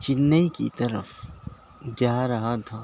چنّئی کی طرف جا رہا تھا